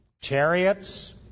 chariots